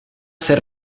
ser